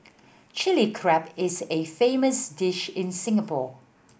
Chilli Crab is a famous dish in Singapore